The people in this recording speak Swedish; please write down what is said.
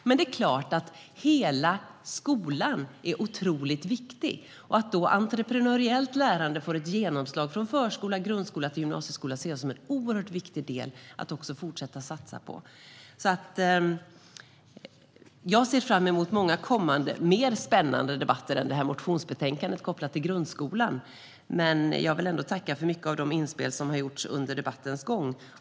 Men det är klart att hela skolan är otroligt viktigt. Att då entreprenöriellt lärande får ett genomslag från förskola och grundskolan till gymnasieskolan ser jag som en oerhört viktig del att också fortsätta satsa på. Jag ser fram emot många kommande, mer spännande debatter än om detta motionsbetänkande kopplat till grundskolan. Men jag vill ändå tacka för mycket av de inspel som har gjorts under debattens gång.